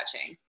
touching